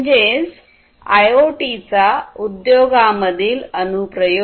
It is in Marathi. म्हणजेच आयओटीचा उद्योगांमधील अनुप्रयोग